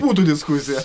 būtų diskusija